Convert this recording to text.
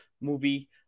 movie